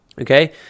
okay